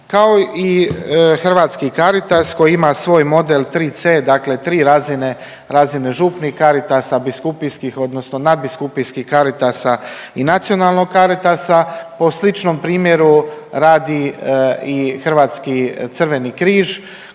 Kao i Hrvatski Caritas koji ima svoj model 3C dakle tri razine, razine župnih Caritasa, biskupijskih odnosno nadbiskupijskih Caritasa i nacionalnog Caritasa po sličnom primjeru radi i Hrvatski crveni križ